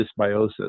dysbiosis